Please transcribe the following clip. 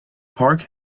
park